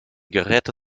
geräte